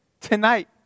tonight